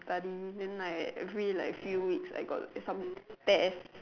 study then like every like few weeks I got some test